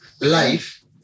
life